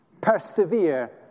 Persevere